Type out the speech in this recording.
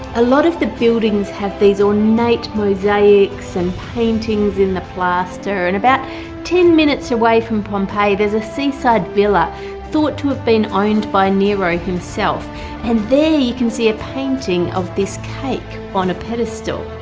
a lot of the buildings have these ornate mosaics and paintings in the plaster and about ten minutes away from pompeii there's a seaside villa thought to have been owned by nero himself and there you can see a painting of this cake on a pedestal.